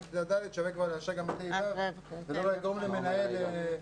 כיתה ד' --- וגם לעזור למנהל א'-ד',